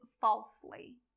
falsely